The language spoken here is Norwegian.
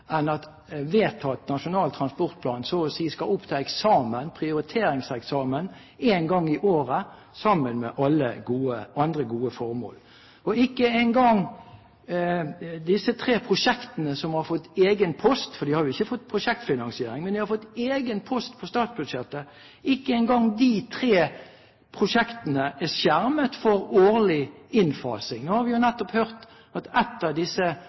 enn at vedtatt Nasjonal transportplan så å si skal opp til eksamen, prioriteringseksamen, én gang i året sammen med alle andre gode formål. Ikke engang disse tre prosjektene som har fått egen post – for de har jo ikke fått prosjektfinansiering, men de har fått egen post på statsbudsjettet – er skjermet for årlig innfasing. Nå har vi nettopp hørt at ett av disse